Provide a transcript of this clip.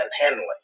handling